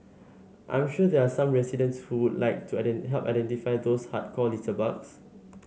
I'm sure there are some residents who would like to help identify those hardcore litterbugs